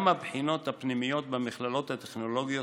גם הבחינות הפנימיות במכללות הטכנולוגיות